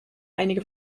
einige